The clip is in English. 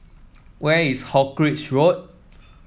where is Hawkinge Road